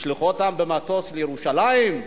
תשלחו אותם במטוס לירושלים?